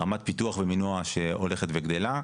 רמת פיתוח ומינוע שהולכת וגדלה,